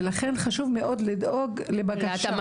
ולכן חשוב מאוד לדאוג לבקשה.